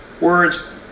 words